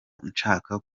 nshaka